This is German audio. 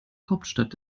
hauptstadt